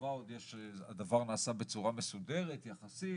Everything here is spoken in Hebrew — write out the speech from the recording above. בצבא הדבר נעשה בצורה מסודרת יחסית,